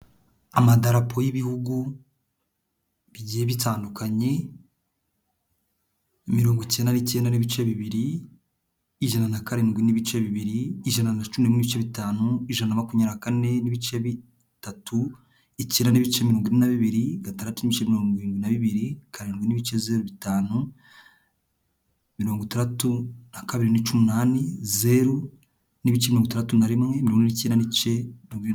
Amadarapo y'Ibihugu bigiye bitandukanye, mirongo cyenda n'icyenda n'ibice bibiri, ijana na karindwi n'ibice bibiri, ijana na cumi n'umwe n'ibice bitanu, ijana na makumyabirie n'ibice bitatu, icyenda n'ibice na mirongo ine na bibiri, gatandatu n'ibice mirongo irindwi na bibiri, karindwi n'ibice zeru bitanu, mirongo itandatu na kabiri n'ibice umunani, zeru n'ibice mirongo itandatu na rimwe, mirongo ine n'icyenda n'ibice mirongo irindwi na kimwe.